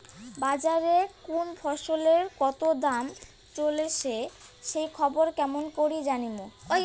বাজারে কুন ফসলের কতো দাম চলেসে সেই খবর কেমন করি জানীমু?